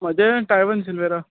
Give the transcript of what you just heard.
म्हजे सायमन सिल्वेरा